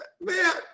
man